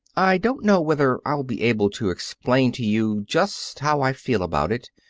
i don't know whether i'll be able to explain to you just how i feel about it.